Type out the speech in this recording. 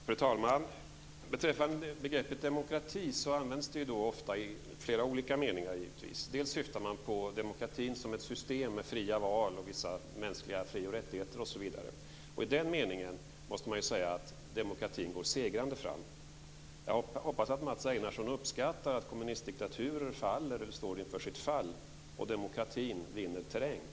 Fru talman! Beträffande begreppet demokrati, används det ofta i flera olika meningar. Man syftar bl.a. på demokratin som ett system med fria val och vissa mänskliga fri och rättigheter osv. I den meningen måste vi säga att demokratin går segrande fram. Jag hoppas att Mats Einarsson uppskattar att kommunistdiktaturer faller eller står inför sitt fall och att demokratin vinner terräng.